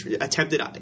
attempted